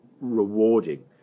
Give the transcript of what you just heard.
rewarding